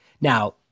Now